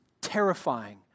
terrifying